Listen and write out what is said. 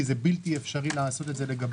כי זה בלתי אפשרי לעשות את זה לגביה,